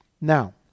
Now